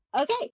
okay